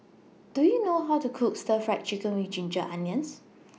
Do YOU know How to Cook Stir Fried Chicken with Ginger Onions